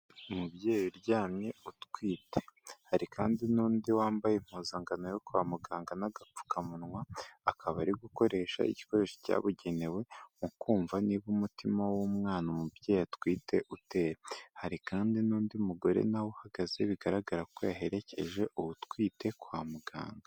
Umubyeyi uryamye utwite. Hari kandi n'undi wambaye impuzangano yo kwa muganga n'agapfukamunwa, akaba ari gukoresha igikoresho cyabugenewe mu kumva niba umutima w'umwana umubyeyi atwite utera. Hari kandi n'undi mugore na we uhagaze, bigaragara ko yaherekeje uwo utwite kwa muganga.